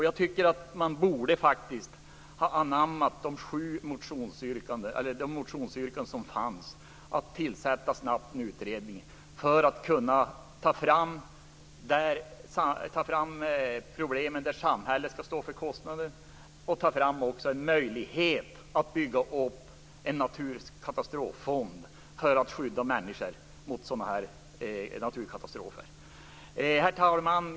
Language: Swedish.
Jag tycker faktiskt att man borde ha anammat de motionsyrkanden som fanns om att snabbt tillsätta en utredning för att belysa problemet, se till att samhället står för kostnaderna och göra det möjligt att bygga upp en naturkatastroffond för att skydda människor mot sådana här naturkatastrofer. Herr talman!